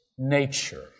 Nature